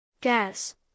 Gas